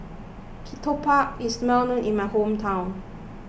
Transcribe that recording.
Ketupat is well known in my hometown